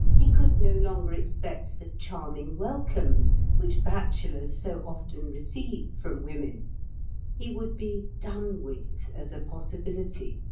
he could no longer expect the charming welcomes which bachelors so often receive from women he would be done with as a possibility,